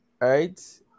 Right